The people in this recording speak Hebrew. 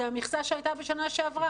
זו המכסה שהייתה בשנה שעברה.